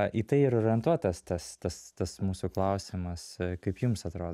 į tai ir orientuotas tas tas tas mūsų klausimas kaip jums atrodo